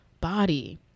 body